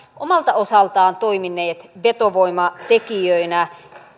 omalta osaltaan toimineet vetovoimatekijöinä